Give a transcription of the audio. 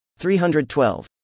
312